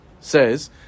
says